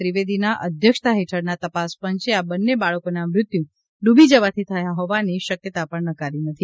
ત્રિવેદીના અધ્યક્ષતા હેઠળના તપાસ પંચે આ બંને બાળકોના મૃત્યુ ડુબી જવાથી થયા હોવાની શકયતા પણ નકારી નથી